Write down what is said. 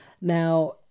now